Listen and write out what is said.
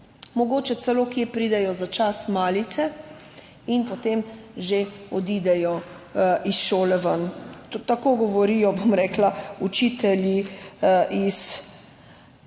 Mogoče celo kje pridejo za čas malice in potem že odidejo iz šole ven. Tako govorijo učitelji iz